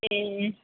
ए